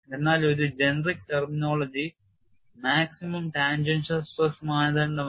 എന്നാൽ ഒരു generic terminology maximum tangential stress മാനദണ്ഡമാണ്